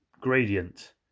gradient